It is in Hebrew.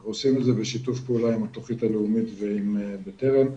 אנחנו עושים את זה בשיתוף פעולה עם התוכנית הלאומית ועם בטרם.